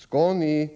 Skall ni